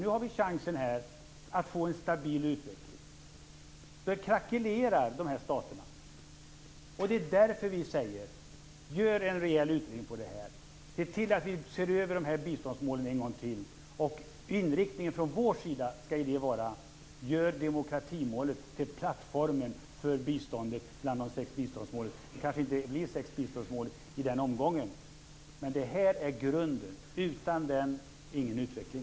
Nu har vi chansen att få en stabil utveckling. Då krackelerar dessa stater. Därför säger vi: Gör en rejäl utredning och se över biståndsmålen en gång till. Inriktningen från vår sida skall vara att göra demokratimålet till plattformen för biståndet bland de sex biståndsmålen. Det kanske inte blir sex mål i den omgången. Men det här är grunden, utan den ingen utveckling.